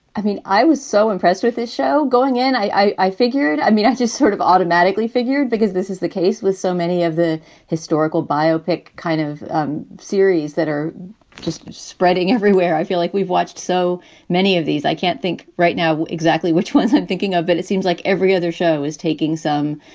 i mean, i was so impressed with this show going in, i i figured i mean, i just sort of automatically figured, because this is the case with so many of the historical biopic kind of um series that are just spreading everywhere. i feel like we've watched so many of these. i can't think right now exactly which ones i'm thinking of. it it seems like every other show is taking some,